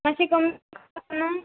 मातशें कमी कर न्हू